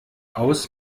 aus